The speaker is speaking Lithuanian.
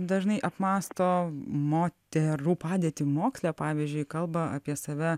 dažnai apmąsto moterų padėtį moksle pavyzdžiui kalba apie save